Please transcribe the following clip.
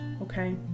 Okay